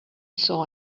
saw